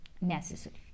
necessary